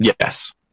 Yes